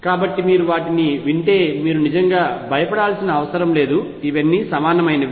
కాబట్టి మీరు వాటిని వింటే మీరు నిజంగా భయపడాల్సిన అవసరం లేదు ఇవన్నీ సమానమైనవి